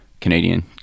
Canadian